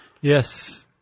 yes